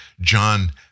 John